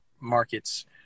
markets